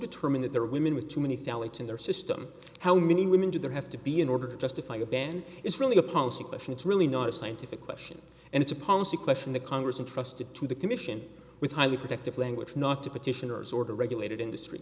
determine that there are women with too many thoughts in their system how many women do there have to be in order to justify a ban is really a policy question it's really not a scientific question and it's a policy question the congress and trusted to the commission with highly protective language not to petitioners or the regulated industry